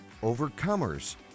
overcomers